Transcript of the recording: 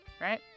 right